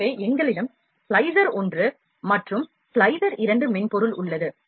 எனவே எங்களிடம் ஸ்லைசர் 1 மற்றும் ஸ்லைசர் 2 மென்பொருள் உள்ளது